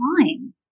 time